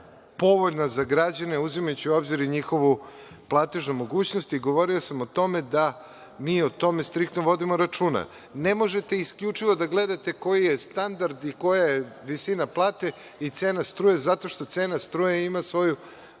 povoljna za građane, uzimajući u obzir i njihovu platežnu mogućnost. Govorio sam o tome da mi o tome striktno vodimo računa. Ne možete isključivo da gledate koji je standard i koja je visina plate i cena struje zato što cena struje ima svoju